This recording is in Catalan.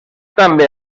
també